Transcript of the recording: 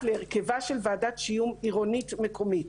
להרכבה של ועדת שיום עירונית ומקומית.